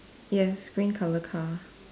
yes green color car